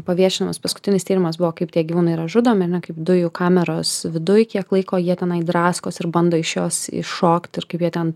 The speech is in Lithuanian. paviešinamas paskutinis tyrimas buvo kaip tie gyvūnai yra žudomi ar ne kaip dujų kameros viduj kiek laiko jie tenai draskosi ir bando iš jos iššokt ir kaip jie ten